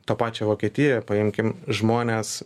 to pačio vokietijoje paimkim žmonės